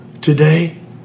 today